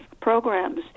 programs